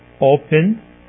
open